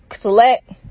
select